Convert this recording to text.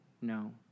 No